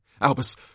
Albus